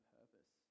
purpose